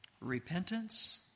Repentance